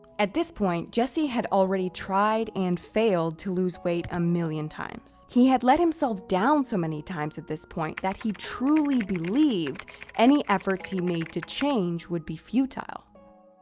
at this point, jesse had already tried and failed to lose weight a million times. he had let himself down so many times at this point, that he truly believed any efforts he made to change would be futile.